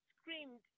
screamed